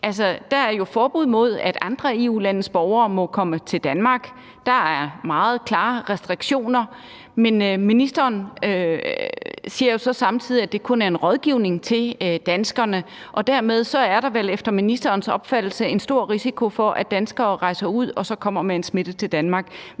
Der er jo forbud mod, at andre EU-landes borgere må komme til Danmark. Der er meget klare restriktioner. Men ministeren siger jo så samtidig, at det kun er en rådgivning til danskerne. Dermed er der vel efter ministerens opfattelse en stor risiko for, at danskere rejser ud og så kommer med en smitte til Danmark.